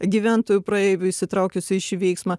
gyventojų praeivių įsitraukusių į šį veiksmą